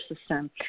system